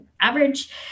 average